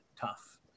tough